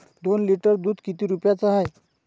दोन लिटर दुध किती रुप्याचं हाये?